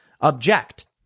object